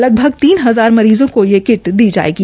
लगभग तीन हजार मरीज़ों को ये किट दी जायेगी